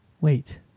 Wait